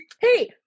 Hey